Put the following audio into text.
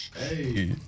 Hey